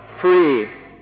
free